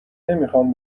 نمیخام